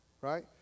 Right